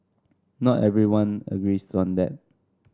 not everyone agrees on that